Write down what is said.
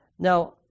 Now